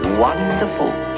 wonderful